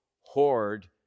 hoard